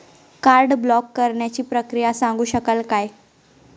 Card block करण्याची प्रक्रिया सांगू शकाल काय?